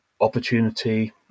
opportunity